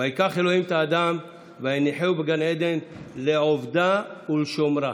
וייקח אלוהים את האדם ויניחהו בגן עדן לעובדה ולשומרה.